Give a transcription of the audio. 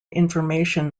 information